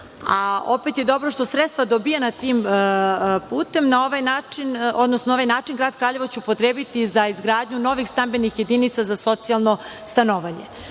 Opet je dobro što sredstva dobijena tim putem Grad Kraljevo će upotrebiti za izgradnju novih stambenih jedinica za socijalno stanovanje. Mogu